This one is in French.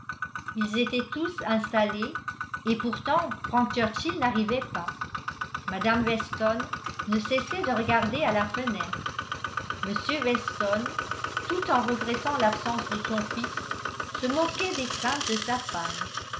ils étaient tous installés et pourtant frank churchill n'arrivait pas mme weston ne cessait de regarder à la fenêtre m weston tout en regrettant l'absence de son fils se moquait des craintes de sa femme